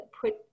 put